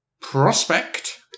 Prospect